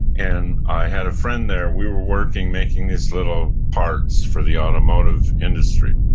and i had a friend there. we were working making these little parts for the automotive industry.